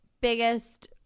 biggest